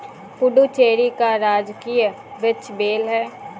पुडुचेरी का राजकीय वृक्ष बेल है